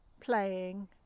playing